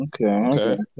Okay